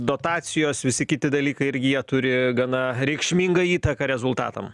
dotacijos visi kiti dalykai irgi jie turi gana reikšmingą įtaką rezultatam